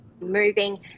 moving